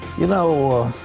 you know,